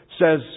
says